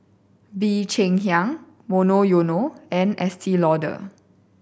Bee Cheng Hiang Monoyono and Estee Lauder